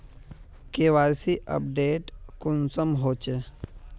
KYC update कुंसम होचे?